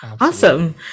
awesome